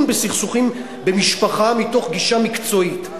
בסכסוכים במשפחה מתוך גישה מקצועית.